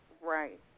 right